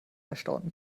erstaunten